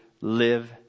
live